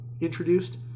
introduced